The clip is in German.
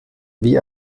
wie